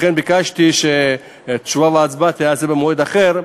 לכן ביקשתי שתשובה והצבעה יהיו במועד אחר,